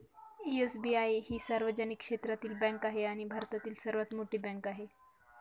SBI ही सार्वजनिक क्षेत्रातील बँक आहे आणि भारतातील सर्वात मोठी बँक आहे